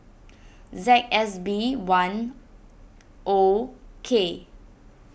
Z S B one O K